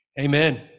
Amen